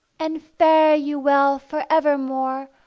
and fare you well for evermore,